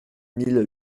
mille